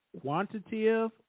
Quantitative